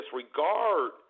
disregard